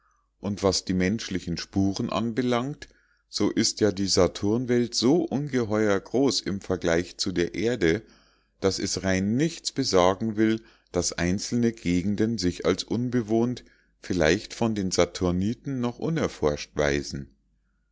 und was die menschlichen spuren anbelangt so ist ja die saturnwelt so ungeheuer groß im vergleich zu der erde daß es rein nichts besagen will daß einzelne gegenden sich als unbewohnt vielleicht von den saturniten noch unerforscht